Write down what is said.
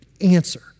answer